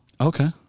Okay